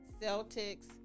Celtics